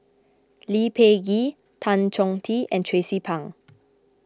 Lee Peh Gee Tan Chong Tee and Tracie Pang